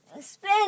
spin